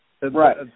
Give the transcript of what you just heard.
Right